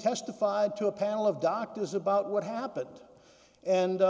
testified to a panel of doctors about what happened and